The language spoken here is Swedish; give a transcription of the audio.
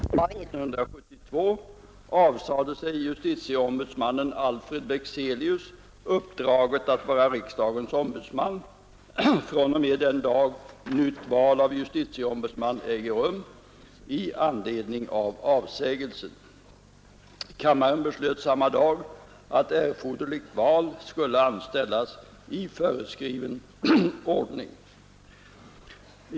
Herr talman! I en till riksdagen ställd skrivelse den 22 februari 1972 avsade sig justitieombudsmannen Alfred Bexelius uppdraget att vara riksdagens ombudsman från och med den dag nytt val av justitieombudsman äger rum i anledning av avsägelsen. Kammaren beslöt samma dag att erforderligt val skulle anställas i föreskriven ordning.